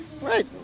Right